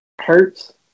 Hurts